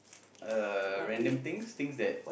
uh random things things that